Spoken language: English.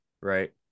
Right